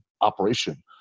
operation